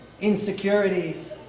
insecurities